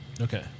Okay